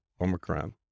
Omicron